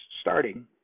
starting